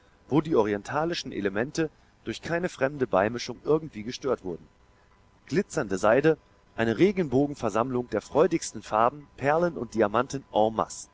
wo die orientalischen elemente durch keine fremde beimischung irgendwie gestört wurden glitzernde seide eine regenbogenversammlung der freudigsten farben perlen und diamanten